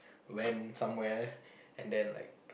went somewhere and then like